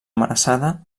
amenaçada